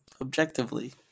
Objectively